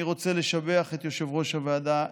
אני רוצה לשבח את יושב-ראש הוועדה,